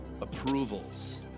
Approvals